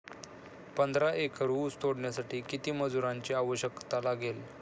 पंधरा एकर ऊस तोडण्यासाठी किती मजुरांची आवश्यकता लागेल?